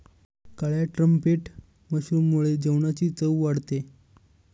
काळ्या ट्रम्पेट मशरूममुळे जेवणाची चव वाढते